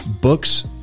books